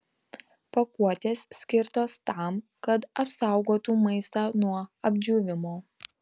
pakuotės skirtos tam kad apsaugotų maistą nuo apdžiūvimo